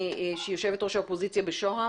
יושבת ראש האופוזיציה בשוהם.